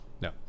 No